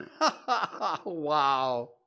Wow